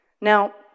Now